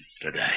today